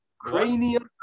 Cranium